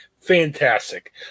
Fantastic